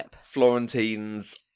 Florentines